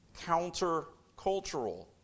countercultural